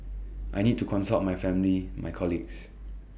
I need to consult my family my colleagues